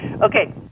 Okay